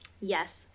yes